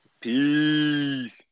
Peace